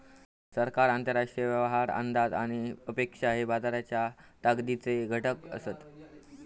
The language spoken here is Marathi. सरकार, आंतरराष्ट्रीय व्यवहार, अंदाज आणि अपेक्षा हे बाजाराच्या ताकदीचे घटक असत